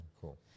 Cool